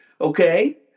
okay